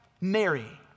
Mary